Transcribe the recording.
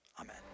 Amen